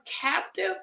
captive